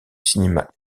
cinéma